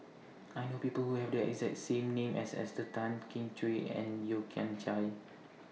I know People Who Have The exact same name as Esther Tan Kin Chui and Yeo Kian Chai